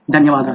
ధన్యవాదాలు